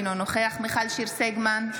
אינו נוכח מיכל שיר סגמן,